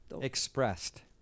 Expressed